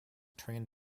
train